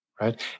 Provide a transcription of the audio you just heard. right